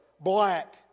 black